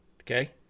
okay